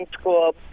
school